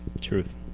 Truth